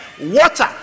Water